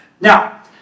Now